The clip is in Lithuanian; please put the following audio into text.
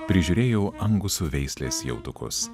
prižiūrėjau angusų veislės jautukus